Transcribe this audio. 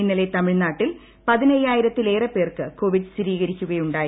ഇന്നലെ തമിഴ്നാട്ടിൽ പതിനയ്യായിരത്തിലേറെ പേർക്ക് കോവിഡ്ട്ര സ്ഥിരീകരിക്കുകയുണ്ടായി